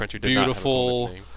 Beautiful